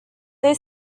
they